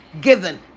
given